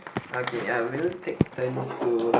okay ya we'll take turns to